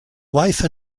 wife